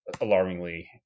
alarmingly